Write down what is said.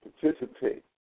participate